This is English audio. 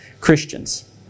Christians